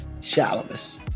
shallowness